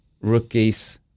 Rookies